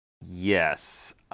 Yes